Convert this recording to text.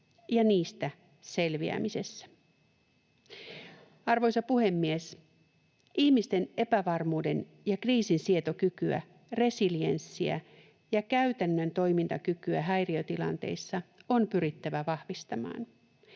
ja niistä selviämisessä. Arvoisa puhemies! Ihmisten epävarmuuden ja kriisin sietokykyä, resilienssiä, ja käytännön toimintakykyä häiriötilanteissa on pyrittävä vahvistamaan.